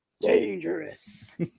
dangerous